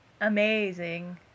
amazing